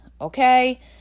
Okay